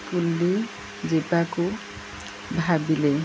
ବୁଲି ଯିବାକୁ ଭାବିଲେ